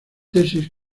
tesis